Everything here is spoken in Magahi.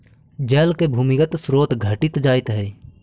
जल के भूमिगत स्रोत घटित जाइत हई